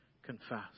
confess